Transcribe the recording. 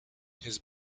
his